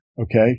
okay